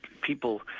people